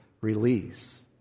release